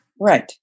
Right